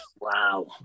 Wow